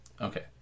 Okay